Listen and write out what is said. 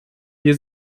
wir